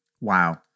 Wow